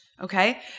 Okay